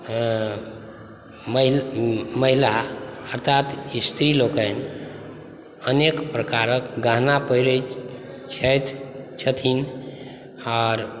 महिला अर्थात स्त्रीलोकनि अनेक प्रकारके गहना पहिरै छथिन आओर